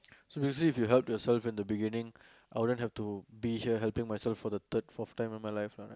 so you see if you helped yourself in the beginning I wouldn't have to be here helping myself for the third fourth time in my life lah